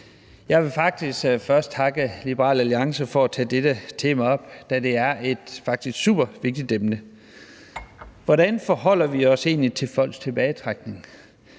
faktisk først takke Liberal Alliance for at tage dette tema op, da det er et super vigtigt emne. Hvordan forholder vi os egentlig til folks tilbagetrækning?